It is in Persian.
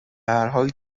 هرحال